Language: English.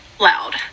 loud